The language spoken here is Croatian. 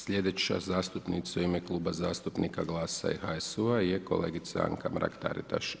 Sljedeća zastupnica u ime Kluba zastupnika GLAS-a i HSU-a je kolegica Anka Mrak Taritaš.